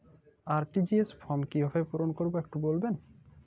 RTGS form কিভাবে পূরণ করবো একটু বলবেন?